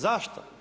Zašto?